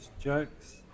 jokes